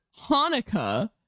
Hanukkah